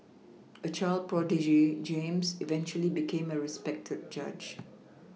a child prodigy James eventually became a respected judge